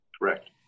Correct